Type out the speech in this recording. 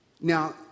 Now